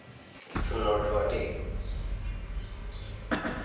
ఇస్తున్నటువంటి